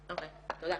תודה.